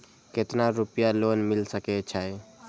केतना रूपया लोन मिल सके छै?